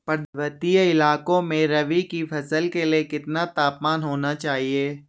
पर्वतीय इलाकों में रबी की फसल के लिए कितना तापमान होना चाहिए?